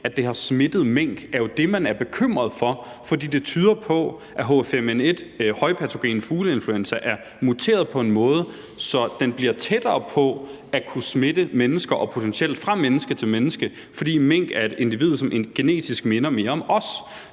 at det har smittet mink, som man er bekymret for. For det tyder jo på, at H5N1 – højpatogen fugleinfluenza – er muteret på en måde, så den kommer tættere på at kunne smitte mennesker og potentielt smitte fra menneske til menneske, fordi mink er et individ, som genetisk minder mere om os.